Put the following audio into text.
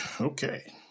okay